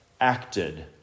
acted